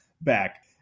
back